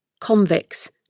Convicts